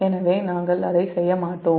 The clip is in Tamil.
எனவே நாங்கள் அதை செய்ய மாட்டோம்